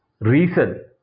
Reason